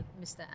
Mr